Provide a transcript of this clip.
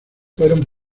fueron